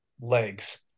legs